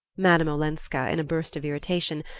madame olenska, in a burst of irritation,